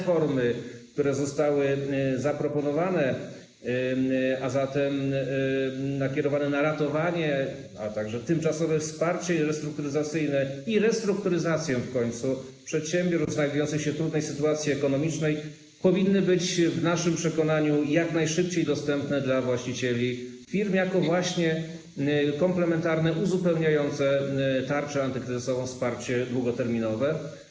Formy, które zostały zaproponowane, a zatem nakierowane na ratowanie, a także tymczasowe wsparcie restrukturyzacyjne i restrukturyzację przedsiębiorstw znajdujących się w trudnej sytuacji ekonomicznej, powinny być w naszym przekonaniu jak najszybciej dostępne dla właścicieli firm jako komplementarne, uzupełniające tarczę antykryzysową wsparcie długoterminowe.